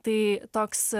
tai toks